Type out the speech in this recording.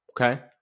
Okay